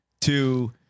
to-